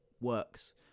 works